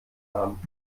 haben